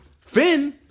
Finn